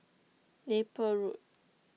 Napier Road